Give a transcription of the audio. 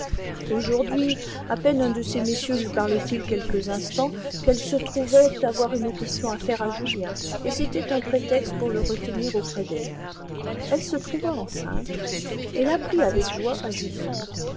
aujourd'hui à peine un de ces messieurs lui parlait-il quelques instants qu'elle se trouvait avoir une question à faire à julien et c'était un prétexte pour le retenir auprès d'elle elle se trouva enceinte et l'apprit avec joie à julien